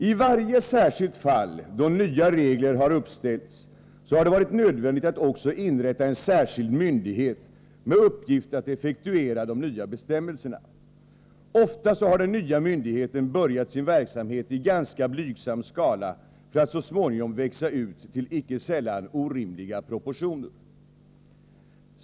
I varje särskilt fall då nya regler har uppställts har det varit nödvändigt att också inrätta en särskild myndighet med uppgift att effektuera de nya bestämmelserna. Ofta har den nya myndigheten börjat sin verksamhet i ganska blygsam skala, för att så småningom växa ut till icke sällan orimliga proportioner.